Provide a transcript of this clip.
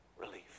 relief